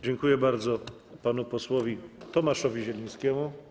Dziękuję bardzo panu posłowi Tomaszowi Zielińskiemu.